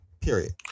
period